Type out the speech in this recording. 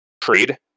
trade